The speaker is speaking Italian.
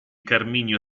carminio